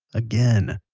again.